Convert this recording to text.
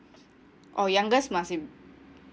oh youngest must be